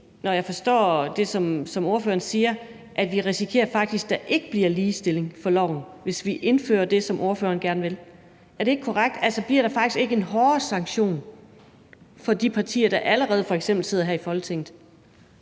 når jeg forstår det, som ordføreren siger, at vi faktisk risikerer, at der ikke bliver lighed for loven, hvis vi indfører det, som ordføreren gerne vil. Er det ikke korrekt? Bliver der ikke faktisk en hårdere sanktion for de partier, der allerede f.eks. sidder her i Folketinget?